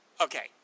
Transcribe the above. okay